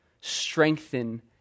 strengthen